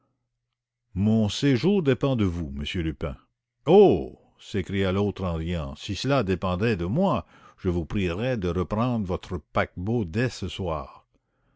cela dépend de vous m lupin oh s'écria l'autre en riant si cela dépendait de moi je vous prierais de reprendre votre paquebot dès ce soir